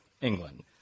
England